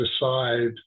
decide